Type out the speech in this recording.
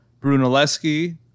Brunelleschi